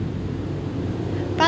ya